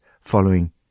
following